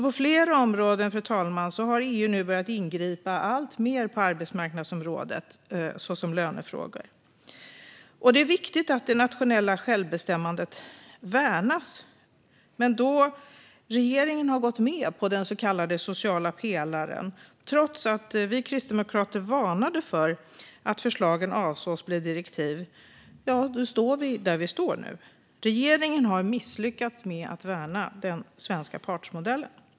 På flera områden, fru talman, har EU nu alltså börjat ingripa alltmer på arbetsmarknadsområdet, till exempel när det gäller lönefrågor. Det är viktigt att det nationella självbestämmandet värnas. Men då regeringen har gått med på den så kallade sociala pelaren, trots att vi kristdemokrater varnade för att förslagen avsågs att bli direktiv, står vi där vi står nu. Regeringen har misslyckats med att värna den svenska partsmodellen.